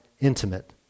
intimate